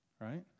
Right